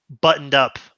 buttoned-up